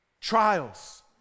Trials